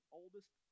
oldest